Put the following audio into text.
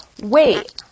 wait